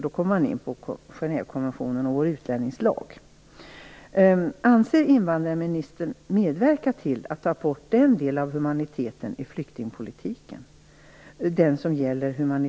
Här kommer man in på Genèvekonventionen och vår utlänningslag.